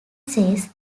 says